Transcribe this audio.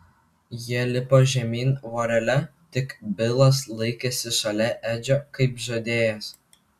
jie lipo žemyn vorele tik bilas laikėsi šalia edžio kaip žadėjęs